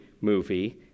movie